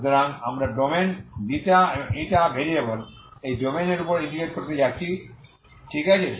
সুতরাং আমরা ডোমেন ξ ভেরিয়েবলে এই ডোমেইনের উপর ইন্টিগ্রেট করতে যাচ্ছি ঠিক আছে